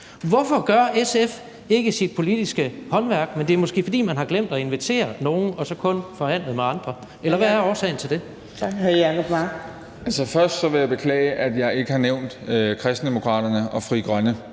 Hvorfor gør SF ikke sit politiske håndværk? Men det er måske, fordi man har glemt at invitere nogle og så kun har forhandlet med andre. Eller hvad er årsagen til det? Kl. 10:16 Fjerde næstformand (Trine